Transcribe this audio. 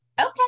Okay